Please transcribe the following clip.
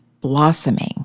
blossoming